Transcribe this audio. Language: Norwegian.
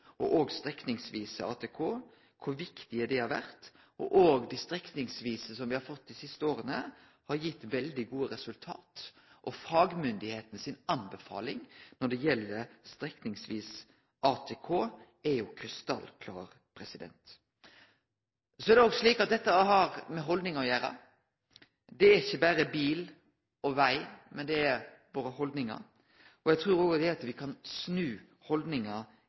og strekningsvis ATK – har vore. Òg strekningsvis ATK, som me har fått dei siste åra, har gitt veldig gode resultat. Fagmyndigheitene si anbefaling når det gjeld strekningsvis ATK, er krystallklar. Så er det òg slik at dette har med haldning å gjere. Det dreier seg ikkje berre om bil og veg, men det dreier seg om våre haldningar, og eg trur at det at me kan snu haldningar,